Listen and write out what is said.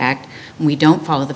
act we don't follow the